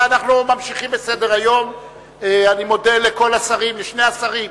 אני מודה לשני השרים